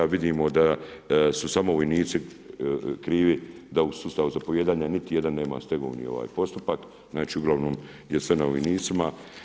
Vidimo da su samo vojnici krivi da u sustavu zapovijedanja niti jedan nema stegovni postupak, znači uglavnom je sve na vojnicima.